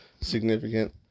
significant